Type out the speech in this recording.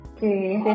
Okay